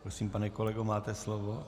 Prosím, pane kolego, máte slovo.